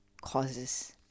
causes